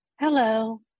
Hello